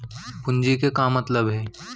पूंजी के का मतलब हे?